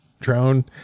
drone